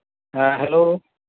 ᱦᱮᱸ ᱦᱮᱞᱳ